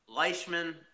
leishman